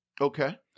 Okay